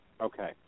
Okay